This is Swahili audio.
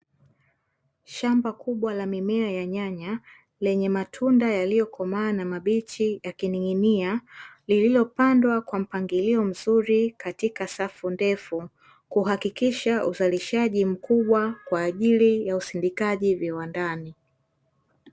Shamba kubwa la mimea ya nyanya lenye matunda yaliyo komaa na mabichi yakining'inia, lililopandwa kwa mpangilio mzuri katika safu ndefu kuhakikisha uzalishaji mkubwa kwaajili ya usindikaji viwandani.